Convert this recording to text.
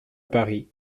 paris